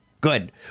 Good